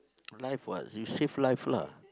life what you save life lah